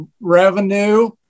revenue